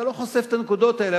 אתה לא חושף את הנקודות האלה,